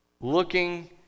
looking